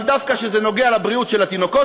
אבל דווקא כשזה נוגע לבריאות של התינוקות